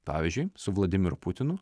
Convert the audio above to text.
pavyzdžiui su vladimiru putinu